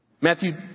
Matthew